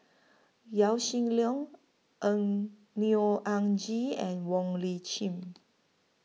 Yaw Shin Leong N Neo Anngee and Wong Lip Chin